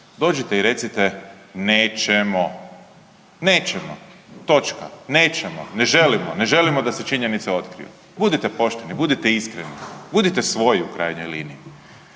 Dođite i recite nećemo. Nećemo i točka. Nećemo, ne želimo, ne želimo da se činjenici otkriju. Budite pošteni, budite iskreni, budite svoji u krajnjoj liniji